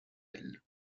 elle